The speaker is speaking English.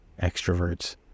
extroverts